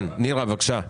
נירה, בבקשה.